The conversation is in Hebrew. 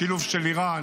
השילוב של איראן,